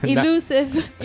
Elusive